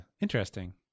Interesting